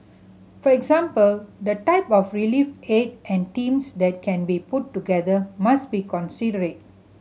for example the type of relief aid and teams that can be put together must be considered